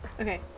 okay